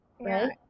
right